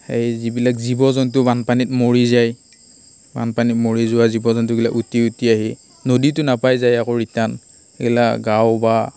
সেই যিবিলাক জীৱ জন্তু বানপানীত মৰি যায় বানপানীত মৰি যোৱা জীৱ জন্তুগিলা উটি উটি আহি নদীটো নাপায় যায় আকৌ ৰিটাৰ্ণ সেইগিলা গাঁও বা